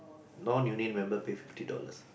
non union member pay fifty dollars